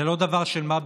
זה לא דבר של מה בכך.